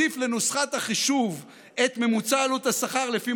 יש להוסיף לנוסחת החישוב את ממוצע עלות השכר לפי